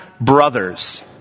brothers